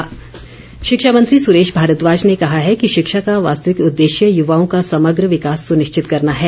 सुरेश भारद्वाज शिक्षा मंत्री सुरेश भारद्वाज ने कहा है कि शिक्षा का वास्तविक उद्देश्य युवाओं का समग्र विकास सुनिश्चित करना है